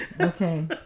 Okay